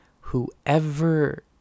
whoever